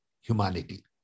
humanity